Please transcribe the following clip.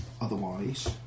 otherwise